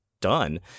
done